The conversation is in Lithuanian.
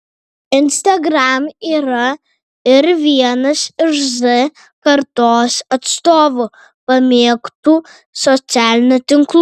instagram yra ir vienas iš z kartos atstovų pamėgtų socialinių tinklų